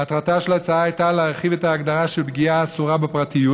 מטרתה של ההצעה הייתה להרחיב את ההגדרה של פגיעה אסורה בפרטיות.